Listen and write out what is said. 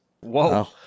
Whoa